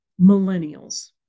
millennials